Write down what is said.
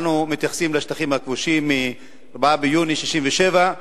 אנו מתייחסים לשטחים הכבושים מ-4 ביוני 67',